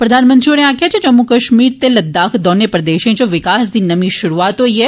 प्रधानमंत्री होरें आकखेआ जे जम्मू कश्मीर ते लददाख दौनें प्रदेश च विकास दी नमीं शुरूआत होई ऐ